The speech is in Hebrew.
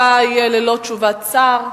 הנושא הבא יהיה ללא תשובת שר,